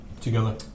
together